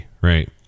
right